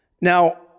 Now